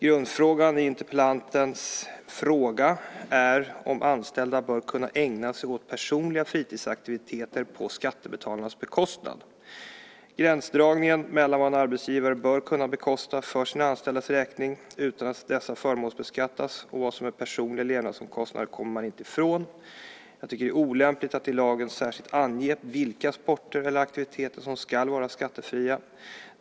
Grunden i interpellantens fråga är om anställda bör kunna ägna sig åt personliga fritidsaktiviteter på skattebetalarnas bekostnad. Gränsdragningen mellan vad en arbetsgivare bör kunna bekosta för sina anställdas räkning utan att dessa förmånsbeskattas och vad som är personliga levnadsomkostnader kommer man inte ifrån. Jag tycker att det är olämpligt att i lagen särskilt ange vilka sporter eller aktiviteter som ska vara skattefria.